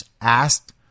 asked